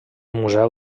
museu